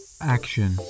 action